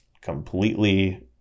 completely